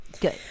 Good